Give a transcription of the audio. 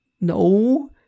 No